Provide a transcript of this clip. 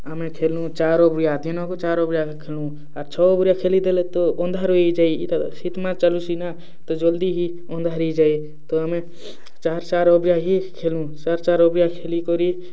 ଆମେ ଖେଲୁଁ ଚାଏର୍ ଓଭ୍ରିଆ ଦିନ୍କୁ ଚାଏର୍ ଓଭ୍ରିଆ ଆମେ ଖେଲୁଁ ଆର୍ ଛଅ ଓଭ୍ରିଆ ଖେଲିଦେଲେ ତ ଅନ୍ଧାର୍ ହେଇଯାଏ ଇ'ଟା ଶୀତ୍ ମାସ୍ ଚାଲୁଛି ନା ତ ଜଲ୍ଦି ହି ଅନ୍ଧାର୍ ହେଇଯାଏ ତ ଆମେ ଚାଏର୍ ଚାଏର୍ ଓଭ୍ରିଆ ହିଁ ଖେଲୁଁ ଚାଏର୍ ଚାଏର୍ ଓଭ୍ରିଆ ଖେଲିକରି